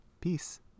Peace